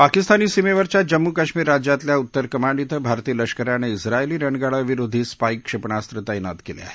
पाकिस्तानी सीमेवरच्या जम्मू काश्मिर राज्यातल्या उत्तर कमांड क्वे भारतीय लष्कराने ईस्रायली रणगाडा विरोधी स्पाईक क्षेपणास्त्र तैनात केले आहेत